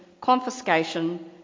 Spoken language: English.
confiscation